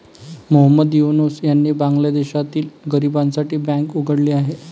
मोहम्मद युनूस यांनी बांगलादेशातील गरिबांसाठी बँक उघडली आहे